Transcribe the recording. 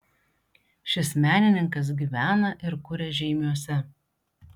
šis menininkas gyvena ir kuria žeimiuose